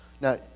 now